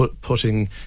putting